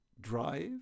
drive